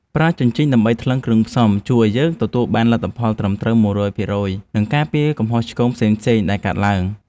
ប្រើជញ្ជីងដើម្បីថ្លឹងគ្រឿងផ្សំជួយឱ្យយើងទទួលបានលទ្ធផលត្រឹមត្រូវមួយរយភាគរយ និងការពារកំហុសឆ្គងផ្សេងៗដែលកើតឡើង។